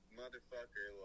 motherfucker